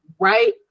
right